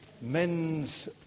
Men's